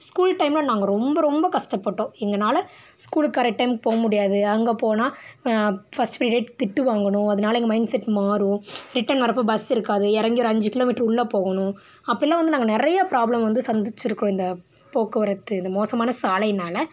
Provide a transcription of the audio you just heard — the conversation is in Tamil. ஸ்கூல் டைமில் நாங்கள் ரொம்ப ரொம்ப கஷ்டப்பட்டோம் எங்களால ஸ்கூலுக்கு கரெக்ட் டைம் போக முடியாது அங்கே போனால் ஃபஸ்ட் பீரியட் திட்டு வாங்கணும் அதனால் எங்கள் மைண்ட்செட் மாறும் ரிட்டர்ன் வர்றப்போ பஸ்ஸு இருக்காது இறங்கி ஒரு அஞ்சு கிலோமீட்ரு உள்ளே போகணும் அப்போல்லாம் வந்து நாங்கள் நிறையா ப்ராப்ளம் வந்து சந்திச்சிருக்கிறோம் இந்த போக்குவரத்து இது மோசமான சாலையினால்